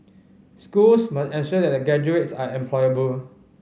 schools must ensure that their graduates are employable